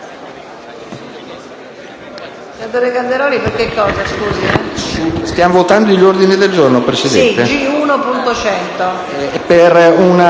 Grazie